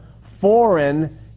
foreign